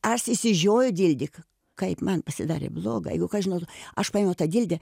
aš išsižioju dildyk kaip man pasidarė bloga jeigu ką žinotum aš paėmiau tą dildę